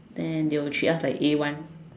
then they will treat us like A one